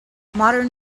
modern